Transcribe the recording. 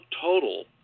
total